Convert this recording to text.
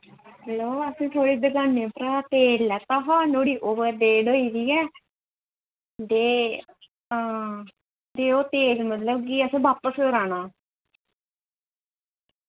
hello असैं थोआड़ी दुकाने उप्परा तेल लैता हा नोह्ड़ी ओवर डेट होई दी ऐ ते हां ते ओ तेल मतलब कि असें बापस कराना